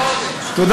ככה, כן.